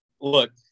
look